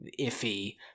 iffy